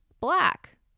black